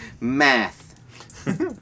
Math